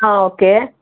okay